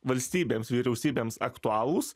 valstybėms vyriausybėms aktualūs